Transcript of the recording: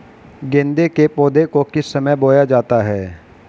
गेंदे के पौधे को किस समय बोया जाता है?